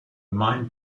mind